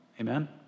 Amen